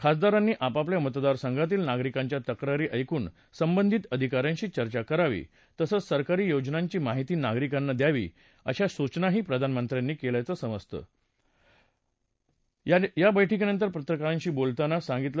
खासदारांनी आपापल्या मतदारसंघातील नागरिकांच्या तक्रारी ऐकूण संबंधित अधिका यांशी चर्चा करावी तसंच सरकारी योजनांची माहिती नागरिकांना द्यावी अशी सूचनाही प्रधानमंत्र्यांनी केली असल्याचं संसदीय कामकाज मंत्री प्रल्हाद जोशी यांनी बैठकीनंतर पत्रकारांशी बोलताना सांगितलं